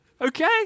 Okay